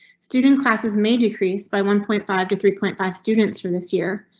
student classes may decrease by one point five to three point five students from this year,